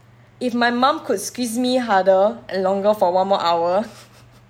if my mum could squeeze me harder longer for one more hour